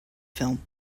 film